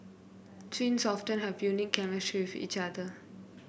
twins often have a unique chemistry with each other